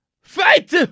Fight